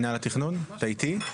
אתה איתי?